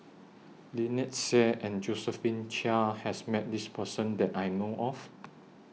Lynnette Seah and Josephine Chia has Met This Person that I know of